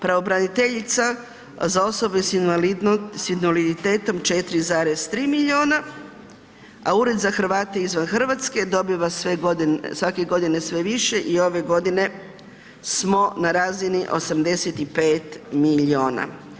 Pravobraniteljica za osobe s invaliditetom 4,3 milijuna, a Ured za Hrvate izvan Hrvatske dobiva svake godine sve više i ove godine smo na razini 85 milijuna.